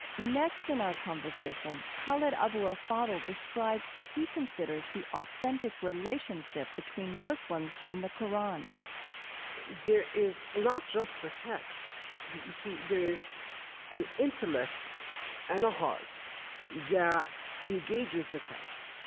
next in our conversation, khaled abou el fadl described what he considers the authentic relationship between muslims and the qur'an there is not just the text that you see. there is an intellect and a heart that engages the text,